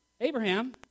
Abraham